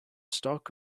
stalk